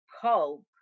hope